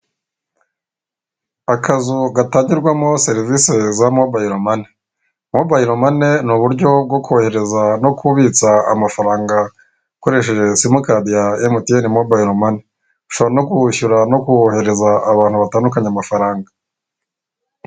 Akazu gatangirwamo serivisi za mobayiro mane, mobayiro mane ni uburyo bwo kohereza no kubitsa amafaranga ukoresheje simukadi ya emutiyeni mobayiro mane ushobora kwishyura no kubohereza abantu batandukanye amafaranga.